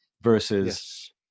versus